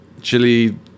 chili